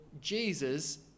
Jesus